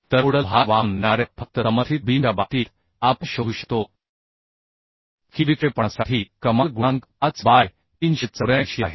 तरUDL भार वाहून नेणाऱ्या फक्त समर्थित बीमच्या बाबतीत आपण शोधू शकतो की विक्षेपणासाठी कमाल गुणांक 5 बाय 384 आहे